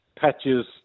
patches